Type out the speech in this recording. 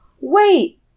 Wait